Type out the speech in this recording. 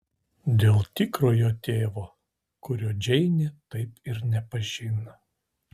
dėl tikrojo tėvo kurio džeinė taip ir nepažino